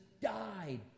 died